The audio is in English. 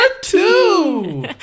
two